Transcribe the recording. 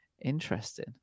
Interesting